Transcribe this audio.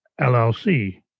LLC